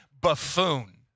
buffoon